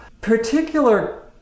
particular